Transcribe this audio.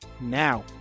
now